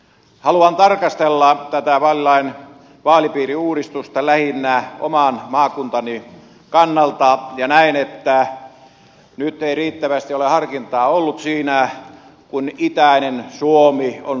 haluan tarkastella tätä vaalilain vaalipiiriuudistusta lähinnä oman maakuntani kannalta ja näen että nyt ei riittävästi ole harkintaa ollut siinä kun itäinen suomi on pilkottu